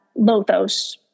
Lothos